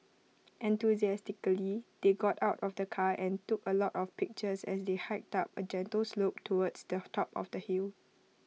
enthusiastically they got out of the car and took A lot of pictures as they hiked up A gentle slope towards the top of the hill